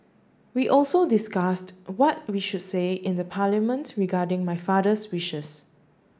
we also discussed what we should say in the Parliament regarding my father's wishes